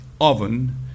oven